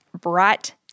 bright